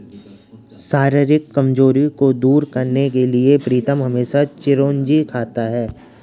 शारीरिक कमजोरी को दूर करने के लिए प्रीतम हमेशा चिरौंजी खाता है